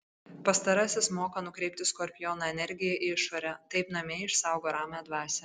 pastarasis moka nukreipti skorpiono energiją į išorę taip namie išsaugo ramią dvasią